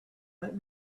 let